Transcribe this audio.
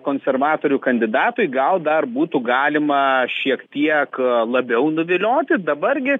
konservatorių kandidatui gal dar būtų galima šiek tiek labiau nuvilioti dabar gi